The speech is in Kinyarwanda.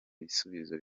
ibisubizo